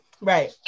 right